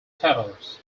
tatars